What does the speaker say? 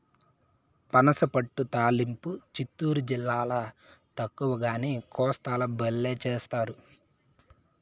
పనసపొట్టు తాలింపు చిత్తూరు జిల్లాల తక్కువగానీ, కోస్తాల బల్లే చేస్తారు